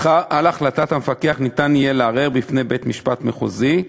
על החלטת המפקח ניתן יהיה לערער בפני בית-משפט מחוזי.